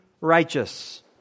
righteous